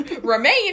remain